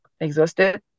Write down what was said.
exhausted